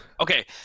Okay